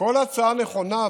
וכל הצעה נכונה,